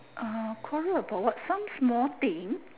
ah quarrel about what some small thing